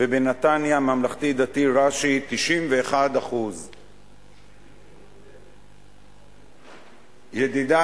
ובנתניה ממלכתי-דתי "רש"י" 91%. ידידי,